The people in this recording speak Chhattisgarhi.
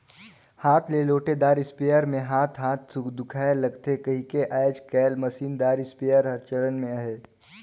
हाथ ले ओटे दार इस्पेयर मे हाथ हाथ हर दुखाए लगथे कहिके आएज काएल मसीन दार इस्पेयर हर चलन मे अहे